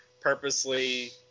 purposely